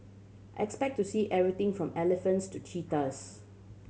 expect to see everything from elephants to cheetahs